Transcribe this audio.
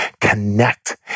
connect